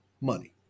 money